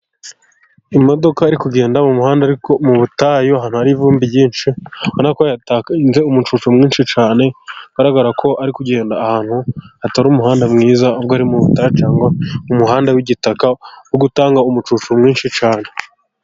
Imodoka iri kugenda mu muhanda ariko mu butayu. Hakaba hari ivumbi ryinshi , umucucu mwinshi cyane ugaragara ko ari kugenda ahantu hatari umuhanda mwiza ahubwo ari mu butayu cyangwa umuhanda w'igitaka wo gutanga umucucu mwinshi cyane.